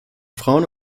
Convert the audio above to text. frauen